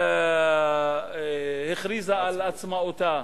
הכריזה על עצמאותה,